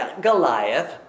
Goliath